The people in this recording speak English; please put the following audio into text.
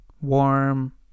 warm